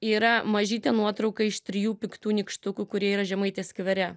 yra mažytė nuotrauka iš trijų piktų nykštukų kurie yra žemaitės skvere